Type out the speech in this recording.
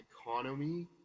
economy